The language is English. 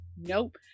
nope